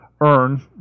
earn